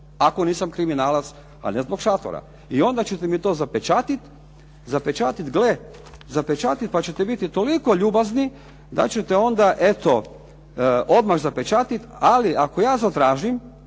ako nisam kriminalac, a ne zbog šatora. I onda ćete mi to zapečatiti, zapečatiti, gle, zapečatiti pa ćete biti toliko ljubazni da ćete onda eto, odmah zapečatiti, ali ako ja zatražim